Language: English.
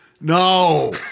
No